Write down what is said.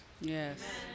Yes